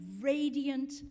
radiant